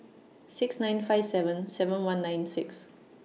six nine five seven seven one nine six